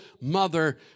mother